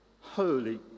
holy